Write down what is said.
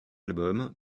album